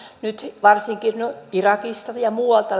nyt varsinkin irakista ja muualta